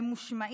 וממושמעים,